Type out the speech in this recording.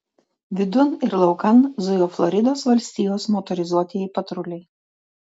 vidun ir laukan zujo floridos valstijos motorizuotieji patruliai